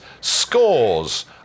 scores